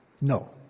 No